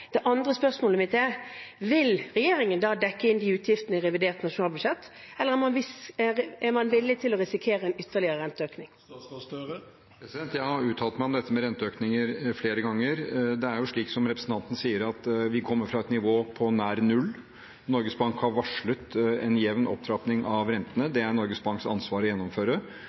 Spørsmålet mitt er: Vil regjeringen da dekke inn de utgiftene i revidert nasjonalbudsjett, eller er man villig til å risikere en ytterligere renteøkning? Jeg har uttalt meg om dette med renteøkninger flere ganger. Det er slik som representanten sier, at vi kommer fra et nivå på nær null. Norges Bank har varslet en jevn opptrapping av rentene. Det er det Norges Banks ansvar å gjennomføre,